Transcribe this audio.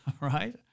right